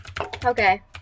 Okay